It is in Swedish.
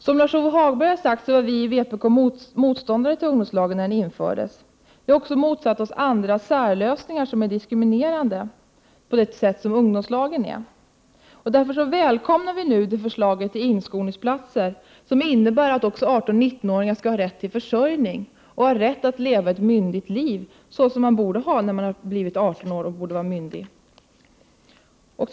Som Lars-Ove Hagberg har sagt, var vi i vpk motståndare till ungdomslagen när den infördes. Vi har också motsatt oss andra särlösningar som är diskriminerande på det sätt som ungdomslagen är. Därför välkomnar vi nu förslaget till inskolningsplatser, vilket innebär att också 18—19-åringar skall ha rätt till försörjning och ha rätt att leva ett myndigt liv, såsom man borde få göra när man har blivit 18 år och borde vara myndig.